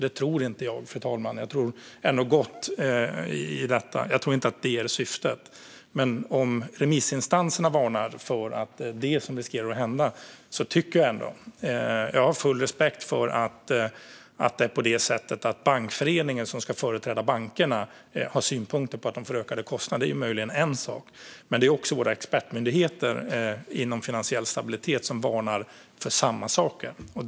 Det tror jag inte, fru talman. Jag tror ändå gott i detta; det är inte syftet. Remissinstanserna varnar för att dessa saker kan hända. Jag har full respekt för att Bankföreningen, som ska företräda bankerna, har synpunkter på ökade kostnader - det är möjligen en sak - men också våra expertmyndigheter inom området finansiell stabilitet varnar för samma saker.